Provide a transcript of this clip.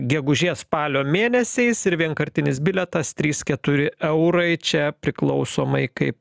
gegužės spalio mėnesiais ir vienkartinis bilietas trys keturi eurai čia priklausomai kaip